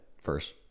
first